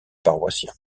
paroissiens